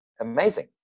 amazing